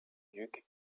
duc